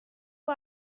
who